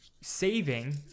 saving